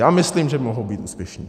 A myslím, že mohou být úspěšní.